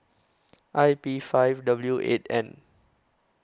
I P five W eight N